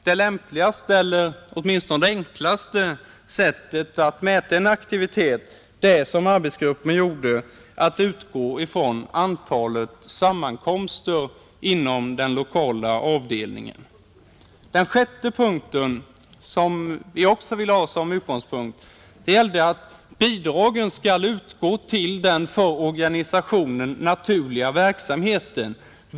Det lämpligaste, eller åtminstone enklaste, sättet att mäta en aktivitet är att, såsom arbetsgruppen har gjort, utgå från antalet sammankomster inom den lokala avdelningen, Den sjätte punkt som vi vill ha som utgångspunkt är att bidraget skall utgå till den för organisationen naturliga verksamheten.